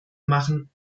machen